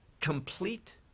complete